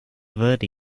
verde